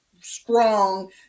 strong